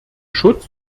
schutz